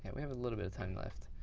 and we have a little bit of time left.